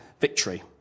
Victory